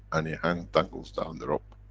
and he hang, dangles down the rope.